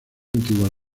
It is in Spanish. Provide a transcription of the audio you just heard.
antigua